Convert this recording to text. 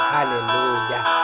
Hallelujah